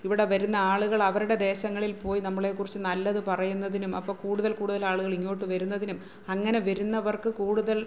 ഇവിടെ വരുന്ന ആളുകള് അവരുടെ ദേശങ്ങളിൽ പോയി നമ്മളെ കുറിച്ച് നല്ലത് പറയുന്നതിനും അപ്പ കൂടുതൽ കൂടുതൽ ആളുകള് ഇങ്ങോട്ട് വരുന്നതിനും അങ്ങനെ വരുന്നവർക്ക് കൂടുതൽ